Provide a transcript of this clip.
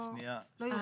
שנייה.